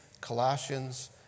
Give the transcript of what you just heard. Colossians